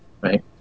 right